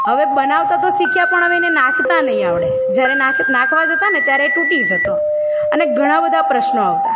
હવે બનાવતાં તો શીખ્યાં પણ હવે એને નાખતાં નહીં આવડે જ્યારે નાખવાં જતા ને ત્યારે એ તૂટી જતો અને ઘણા બધા પ્રશ્નો આવતા